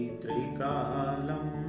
trikalam